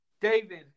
David